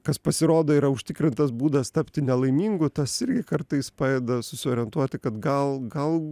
kas pasirodo yra užtikrintas būdas tapti nelaimingu tas irgi kartais padeda susiorientuoti kad gal gal